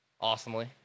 awesomely